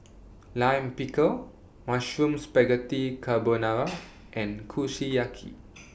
Lime Pickle Mushroom Spaghetti Carbonara and Kushiyaki